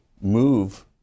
move